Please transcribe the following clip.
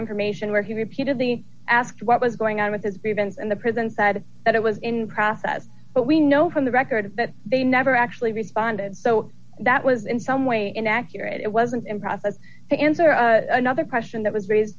information where he repeatedly asked what was going on with his grievance and the president said that it was in process but we know from the records that they never actually responded so that was in some way inaccurate it wasn't in process to answer another question that was raised